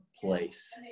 place